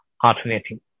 alternating